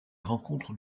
rencontres